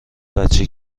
بچه